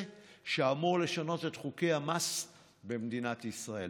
שאמור לשנות את חוקי המס במדינת ישראל.